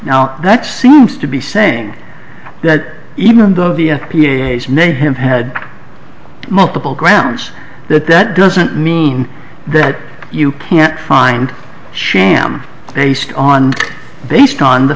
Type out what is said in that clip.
now that seems to be saying that even though the p a s may have had multiple grounds that that doesn't mean that you can't find sham based on based on the